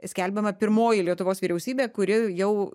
skelbiama pirmoji lietuvos vyriausybė kuri jau